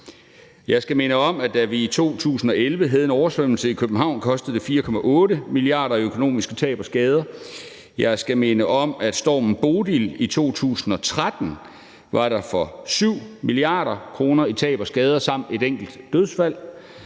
Jeg skal minde om, at det, da vi i 2011 havde en oversvømmelse i København, kostede 4,8 mia. kr. i økonomiske tab og skader, og jeg skal minde om, at der i forbindelse med stormen Bodil i 2013 var for 7 mia. kr. i tab og skader samt et enkelt dødsfald.